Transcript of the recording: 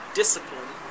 discipline